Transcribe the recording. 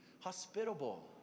hospitable